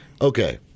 Okay